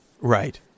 Right